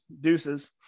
Deuces